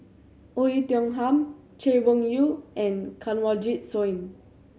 Oei Tiong Ham Chay Weng Yew and Kanwaljit Soin